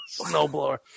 Snowblower